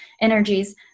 energies